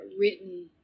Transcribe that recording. written